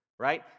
right